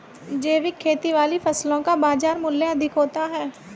जैविक खेती वाली फसलों का बाजार मूल्य अधिक होता है